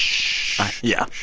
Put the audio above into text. shh. ah shh yeah,